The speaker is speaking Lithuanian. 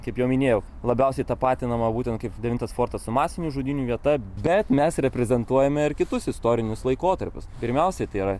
kaip jau minėjau labiausiai tapatinama būtent kaip devintas fortas su masinių žudynių vieta bet mes reprezentuojame ar kitus istorinius laikotarpius pirmiausia tai yra